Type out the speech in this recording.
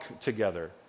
together